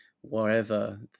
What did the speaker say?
Wherever